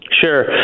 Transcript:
sure